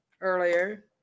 earlier